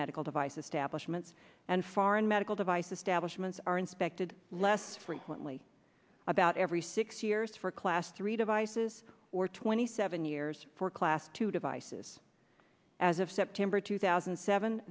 medical devices stablish ment's and foreign medical devices stablish months are inspected less frequently about every six years for class three devices or twenty seven years for class two devices as of september two thousand and seven